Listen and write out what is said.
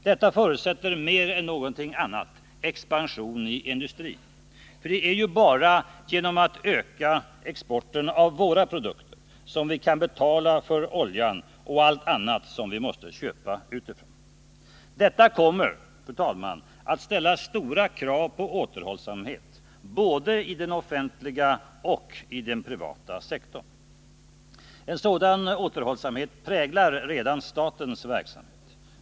Detta förutsätter mer än något annat expansion i industrin. Det är ju bara genom att öka exporten av våra produkter som vi kan betala för oljan och allt annat som vi måste köpa utifrån. Det kommer, fru talman, att ställas stora krav på återhållsamhet både i den offentliga och i den privata sektorn. En sådan återhållsamhet präglar redan statens verksamhet.